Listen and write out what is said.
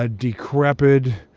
ah decrepit,